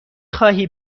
خواهی